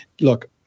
Look